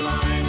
Line